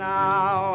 now